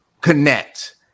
connect